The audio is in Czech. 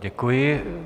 Děkuji.